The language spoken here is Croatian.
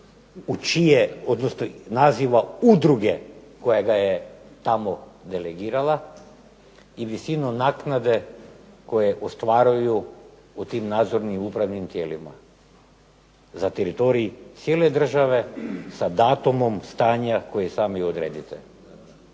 u čije odnosno naziva udruge koja ga je delegirala i visinu naknade koja ostvaruju u tim nadzornim i upravnim tijelima za teritorij cijele države sa datumom stanja koje sami odredite.